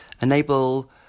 enable